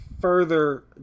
further